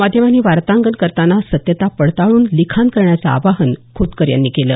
माध्यमांनी वार्तांकन करतांना सत्यता पडताळून लिखाण करण्याचं आवाहनही खोतकर यांनी केलं